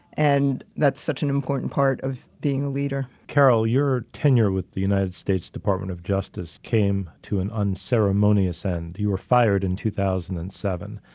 and that's such an important part of being a leader. carol, your tenure with the united states department of justice came to an unceremonious end you were fired in two thousand and seven.